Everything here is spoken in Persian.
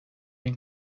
این